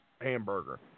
hamburger